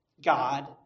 God